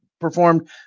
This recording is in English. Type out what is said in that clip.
performed